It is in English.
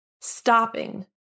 stopping